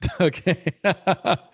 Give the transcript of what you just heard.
Okay